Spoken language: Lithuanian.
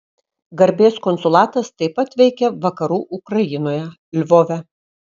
garbės konsulatas taip pat veikia vakarų ukrainoje lvove